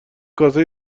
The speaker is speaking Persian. کاسه